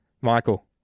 Michael